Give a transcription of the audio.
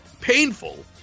painful